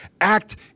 act